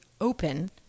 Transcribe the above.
open